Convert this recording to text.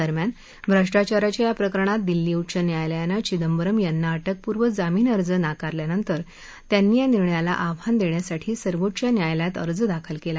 दरम्यान भ्रष्टाचाराच्या या प्रकरणात दिल्ली उच्च न्यायालयानं चिदंबरम यांना अटकपूर्व जामीन अर्ज नाकारल्यानंतर त्यांनी या निर्णयाला आव्हान दृष्यासाठी सर्वोच्च न्यायालयात अर्ज दाखल कला